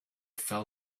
fell